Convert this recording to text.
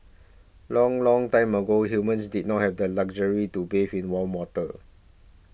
long long time ago humans did not have the luxury to bathe in warm water